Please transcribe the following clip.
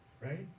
right